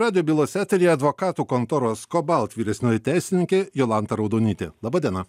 radijo bylos eteryje advokatų kontoros kobalt vyresnioji teisininkė jolanta raudonytė laba diena